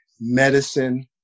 medicine